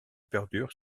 perdure